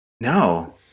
No